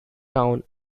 town